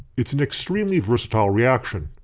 it's an extremely versatile reaction.